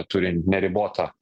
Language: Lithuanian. turi neribotą